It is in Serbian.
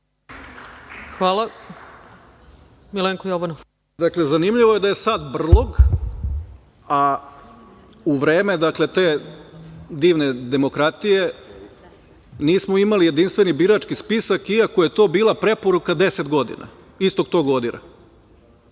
Jovanov. **Milenko Jovanov** Zanimljivo je da je sad brlog, a u vreme te divne demokratije nismo imali jedinstveni birački spisak, iako je to bila preporuka 10 godina istog tog ODIHR-a.